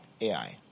Ai